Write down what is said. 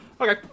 okay